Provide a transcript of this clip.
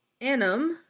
Anum